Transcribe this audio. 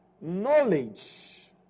knowledge